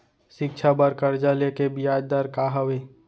शिक्षा बर कर्जा ले के बियाज दर का हवे?